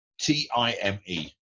T-I-M-E